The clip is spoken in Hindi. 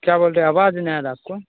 क्या बोल रहे आवाज नहीं आ रहा आपको